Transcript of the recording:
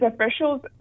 officials